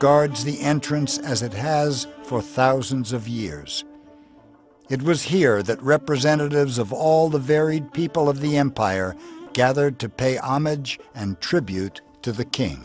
guards the entrance as it has for thousands of years it was here that representatives of all the varied people of the empire gathered to pay homage and tribute to the king